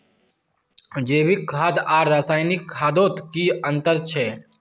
जैविक खाद आर रासायनिक खादोत की अंतर छे?